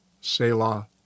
Selah